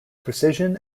precision